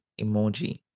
emoji